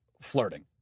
flirting